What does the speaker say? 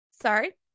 Sorry